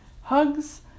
hugs